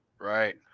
Right